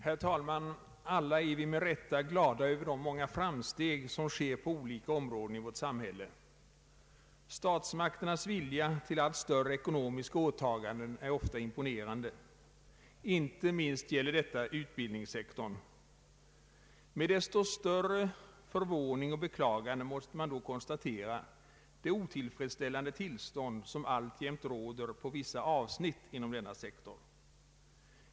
Herr talman! Alla är vi med rätta glada över de många framsteg som sker på olika områden i vårt samhälle. Statsmakternas vilja till allt större ekonomiska åtaganden är ofta imponerande. Inte minst gäller detta utbildningssektorn. Med desto större förvåning och beklagande måste man då konstatera det otillfredsställande tillstånd som alltjämt råder på vissa avsnitt inom denna sektor.